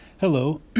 Hello